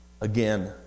Again